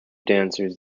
dancers